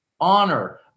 honor